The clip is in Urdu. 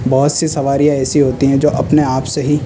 بہت سی سواریاں ایسی ہوتی ہیں جو اپنے آپ سے ہی